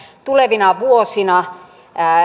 tulevina vuosina